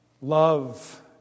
love